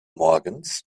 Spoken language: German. morgens